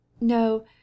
no